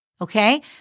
okay